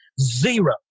Zero